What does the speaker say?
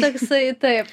toksai taip